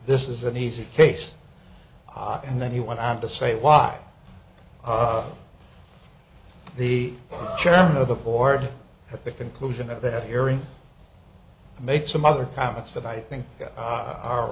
this is an easy case i and then he went on to say why of the chairman of the board at the conclusion of that hearing made some other comments that i think